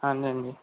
ਹਾਂਜੀ ਹਾਂਜੀ